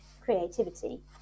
creativity